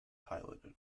piloted